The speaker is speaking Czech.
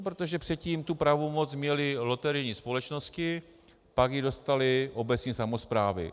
Protože předtím tu pravomoc měly loterijní společnosti, pak ji dostaly obecní samosprávy.